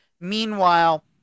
Meanwhile